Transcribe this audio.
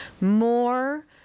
more